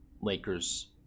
Lakers